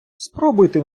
спробуйте